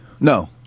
No